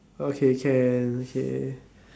okay can okay